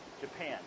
Japan